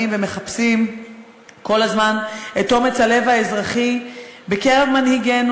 ומחפשים כל הזמן את אומץ הלב האזרחי בקרב מנהיגינו